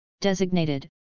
designated